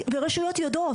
ורשויות יודעות,